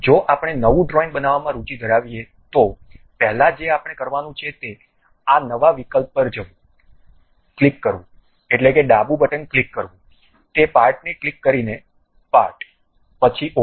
જો આપણે નવું ડ્રોઇંગ બનાવવામાં રુચિ ધરાવીએ તો પહેલા જે આપણે કરવાનું છે તે આ નવા વિકલ્પ પર જવું ક્લિક એટલે કે ડાબું બટન ક્લિક કરવું તે પાર્ટ ને ક્લિક કરીને પાર્ટ પછી OK